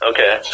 Okay